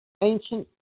ancient